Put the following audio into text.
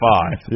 five